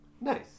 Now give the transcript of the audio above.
Nice